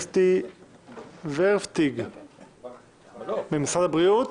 אסתי ורהפטיג ממשרד הבריאות.